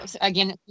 again